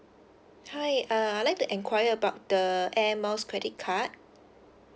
hi uh I'd like to inquire about the air miles credit card